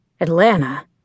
Atlanta